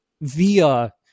via